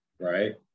right